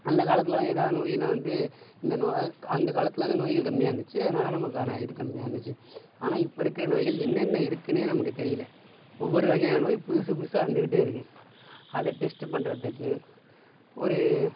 அந்த காலத்திலலாம் ஏதாவது நோயினால் வந்து இந்த அந்த காலத்தில் வந்து நோய்கள் கம்மியாக இருந்துச்சு அதனால் நமக்கான இது கம்மியாக இருந்துச்சு ஆனால் இப்போ இருக்கிற நோய்கள் என்னென்ன இருக்கும்னே நமக்கு தெரியலை ஒவ்வொரு வகையான நோய் புதுசுபுதுசாக வந்துகிட்டே இருக்குது அதை டெஸ்ட் பண்ணுறதுக்கு ஒரு